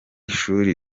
shuri